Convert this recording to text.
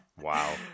Wow